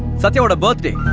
sathya's birthday